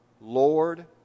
Lord